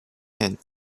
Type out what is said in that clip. and